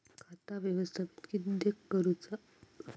खाता व्यवस्थापित किद्यक करुचा?